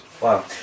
Wow